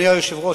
אדוני היושב-ראש,